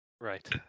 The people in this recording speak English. Right